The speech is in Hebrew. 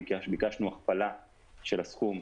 ביקשנו הכפלה של הסכום,